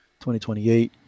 2028